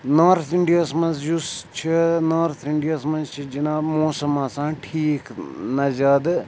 north اِنٛڈیاہَس منٛز یُس چھِ نارٕتھ اِنٛڈیاہَس منٛز چھِ جِناب موسَم آسان ٹھیٖک نَہ زیادٕ